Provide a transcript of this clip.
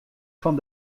fan